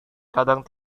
kadang